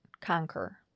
Conquer